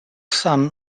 son